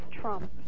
Trump